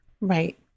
Right